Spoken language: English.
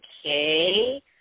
okay